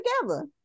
together